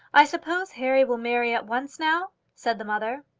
i suppose harry will marry at once now, said the mother.